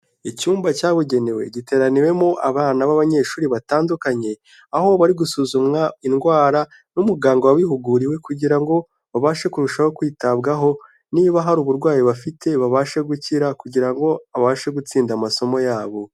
Icyumba cyabugenewe giteraniwemo abana b'abanyeshuri batandukanye, aho bari gusuzumwa indwara n'umuganga wabihuguriwe kugira ngo babashe kurushaho kwitabwaho niba hari uburwayi bafite babashe gukira kugira ngo babashe gutsinda amasomo yabo.